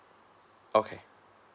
okay